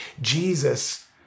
Jesus